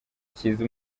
cyiza